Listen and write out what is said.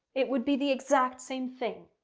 it would be the exact same thing.